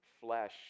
flesh